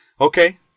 Okay